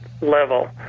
level